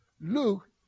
Luke